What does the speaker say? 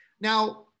Now